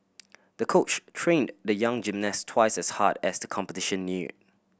the coach trained the young gymnast twice as hard as the competition neared